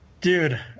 Dude